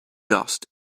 dust